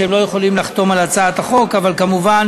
שלא יכולים לחתום על הצעת החוק אבל מובן